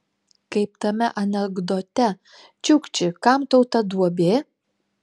kaip tame anekdote čiukči kam tau ta duobė